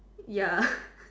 ya